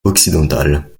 occidentales